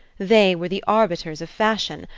they were the arbiters of fashion,